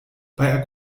bei